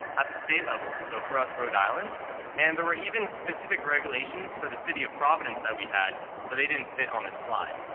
at the state level so for us, rhode island and there were even specific regulations for the city of providence that we had, but they didn't fit on this slide.